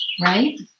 right